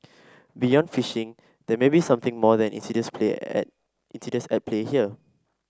beyond phishing there may be something more than insidious insidious at play here